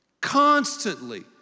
Constantly